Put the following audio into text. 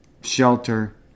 shelter